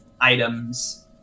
items